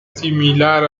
similar